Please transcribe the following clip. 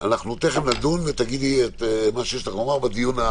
אנחנו תיכף נדון ותגידי מה שיש לך לומר בדיון הבא.